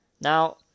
Now